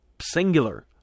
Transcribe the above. singular